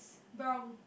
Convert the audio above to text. brown